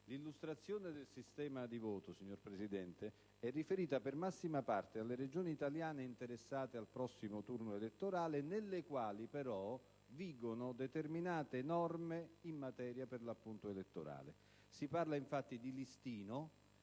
L'illustrazione del sistema di voto, signor Presidente, è riferita in massima parte alle Regioni italiane interessate al prossimo turno elettorale nelle quali, però, vigono determinate norme in materia, per l'appunto, elettorale. Si parla, infatti, di listino,